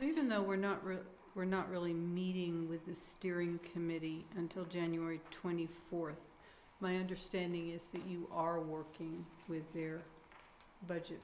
even though we're not rude we're not really meeting with the steering committee until january twenty fourth my understanding is that you are working with their budget